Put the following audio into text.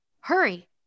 hurry